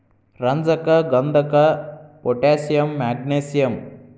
ರಂಜಕ ಗಂಧಕ potassium magnesium